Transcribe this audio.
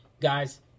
Guys